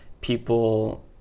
people